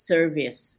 Service